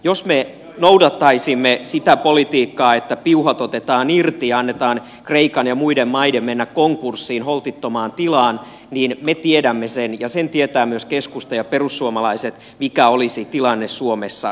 jos me noudattaisimme sitä politiikkaa että piuhat otetaan irti ja annetaan kreikan ja muiden maiden mennä konkurssiin holtittomaan tilaan niin me tiedämme sen ja sen tietävät myös keskusta ja perussuomalaiset mikä olisi tilanne suomessa sen jälkeen